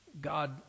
God